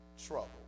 trouble